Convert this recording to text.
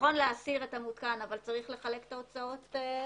שנכון להסיר את המתקן אבל צריך לחלק את ההוצאות אחרת,